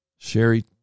Sherry